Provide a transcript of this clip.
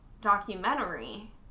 documentary